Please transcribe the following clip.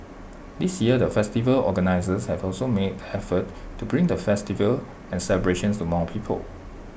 this year the festival organisers have also made effort to bring the festival and celebrations to more people